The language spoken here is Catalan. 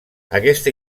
aquesta